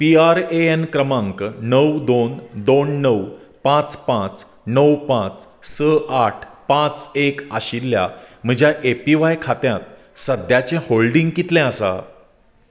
P R A N क्रमांक णव दोन दोन णव पांच पांच णव पांच स आठ पांच एक आशिल्ल्या म्हज्या ए पी व्हाय खात्यांत सद्याचें होल्डिंग कितलें आसा